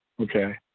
Okay